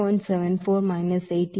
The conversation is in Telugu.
74 88